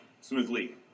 smoothly